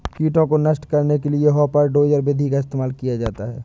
कीटों को नष्ट करने के लिए हापर डोजर विधि का इस्तेमाल किया जाता है